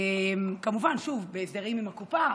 כמובן בהסדרים עם הקופה,